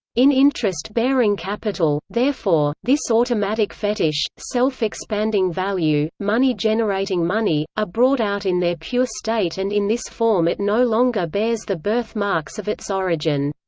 in interest-bearing capital, therefore, this automatic fetish, self-expanding value, money generating money, are brought out in their pure state and in this form it no longer bears the birth-marks of its origin.